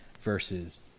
versus